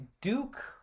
Duke